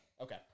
Okay